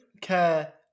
care